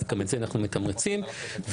גם את זה אנחנו מתמרצים ועוד.